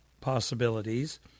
possibilities